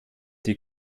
die